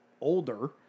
older